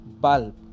bulb